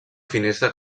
finestra